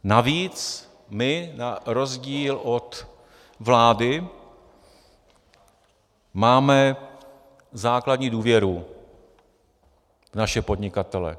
Navíc my na rozdíl od vlády máme základní důvěru v naše podnikatele.